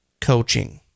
coaching